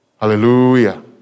Hallelujah